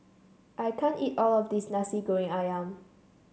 I can't eat all of this Nasi Goreng ayam